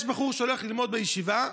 יש בחור שהולך ללמוד בישיבה,